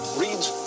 reads